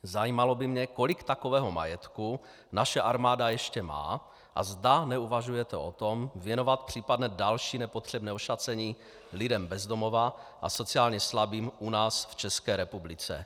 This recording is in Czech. Zajímalo by mě, kolik takového majetku naše armáda ještě má a zda neuvažujete o tom věnovat případné další nepotřebné ošacení lidem bez domova a sociálně slabým u nás v České republice.